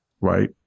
right